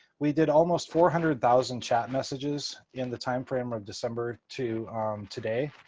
we did almost four hundred thousand chat messages in the time frame of december to today.